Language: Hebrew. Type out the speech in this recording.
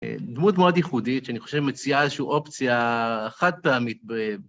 דמות מאוד ייחודית, שאני חושב מציעה איזושהי אופציה חד פעמית.